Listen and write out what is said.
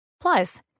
Plus